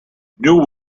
new